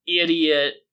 idiot